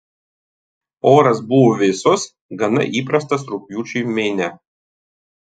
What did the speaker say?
oras buvo vėsus gana įprastas rugpjūčiui meine